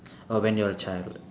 uh when you are a child